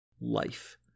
life